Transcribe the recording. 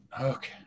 Okay